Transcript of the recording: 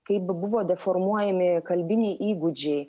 kaip buvo deformuojami kalbiniai įgūdžiai